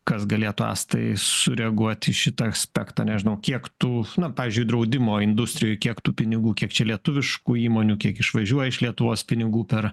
kas galėtų astai sureaguoti į šitą espektą nežinau kiek tų na pavyzdžiui draudimo industrijoj kiek tų pinigų kiek čia lietuviškų įmonių kiek išvažiuoja iš lietuvos pinigų per